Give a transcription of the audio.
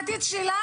זה העתיד שלנו,